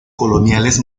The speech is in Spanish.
coloniales